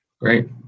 Great